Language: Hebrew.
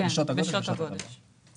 בשעות הגודש בתוך הטבעות.